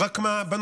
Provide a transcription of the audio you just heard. רק מה?